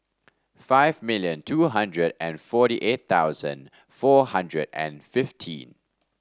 five million two hundred and forty eight thousand four hundred and fifteen